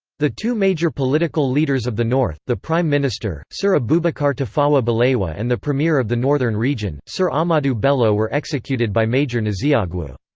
the two major political leaders of the north, the prime minister, sir abubakar tafawa balewa and the premier of the northern region, sir ahmadu bello were executed by major nzeogwu.